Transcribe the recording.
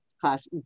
class